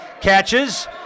catches